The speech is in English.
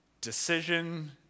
decision